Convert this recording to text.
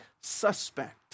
suspect